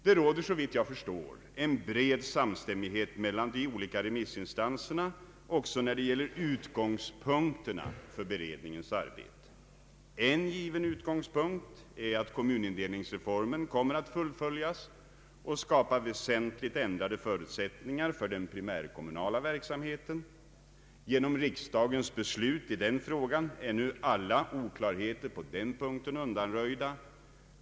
Det råder, såvitt jag förstår, en bred samstämmighet mellan de olika remissinstanserna också när det gäller utgångspunkterna för beredningens arbete. En given utgångspunkt är att kommunindelningsreformen kommer = att fullföljas och skapa väsentligt ändrade förutsättningar för den primärkommunala verksamheten. Genom riksdagens beslut i den frågan är nu alla oklarheter på den punkten undanröjda.